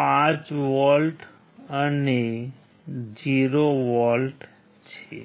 5 volt છે